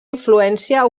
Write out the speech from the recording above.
influència